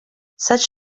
such